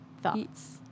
thoughts